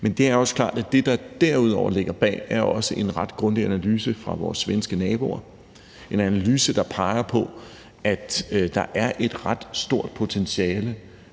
Men det er klart, at det, der derudover ligger bag, også er en ret grundig analyse fra vores svenske naboer; en analyse, der peger på, at der er et ret stort potentiale